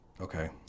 Okay